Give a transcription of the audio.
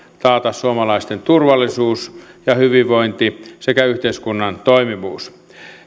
taata suomalaisten turvallisuus ja hyvinvointi sekä yhteiskunnan toimivuus